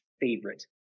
favorite